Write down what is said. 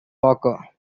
walker